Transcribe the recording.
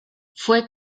fue